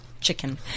chicken